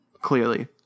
clearly